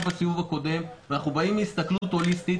בסבב הקודם ואנחנו באים מהסתכלות הוליסטית.